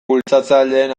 bultzatzaileen